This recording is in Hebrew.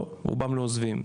לא, רובם לא עוזבים.